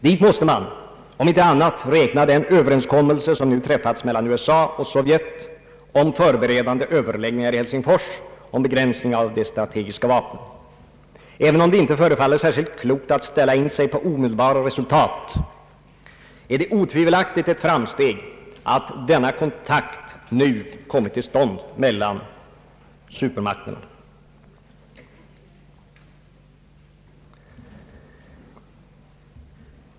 Dit måste man om inte annat räkna den överenskommelse som träffats mellan USA och Sovjet om förberedande överläggningar i Helsingfors om begränsning av de strategiska vapnen. Även om det inte förefaller särskilt klokt att ställa in sig på omedelbara resultat är det otvivelaktigt ett framsteg att denna kontakt mellan supermakterna nu kommit till stånd.